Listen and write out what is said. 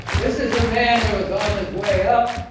this is a man who was on his way up.